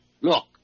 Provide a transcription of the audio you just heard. Look